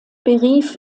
berief